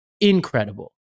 incredible